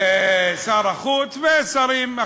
שר החוץ ועוד שרים.